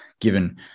given